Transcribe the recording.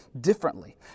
differently